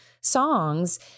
songs